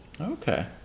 okay